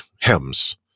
hems